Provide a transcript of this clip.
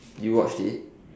you watched it